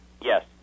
Yes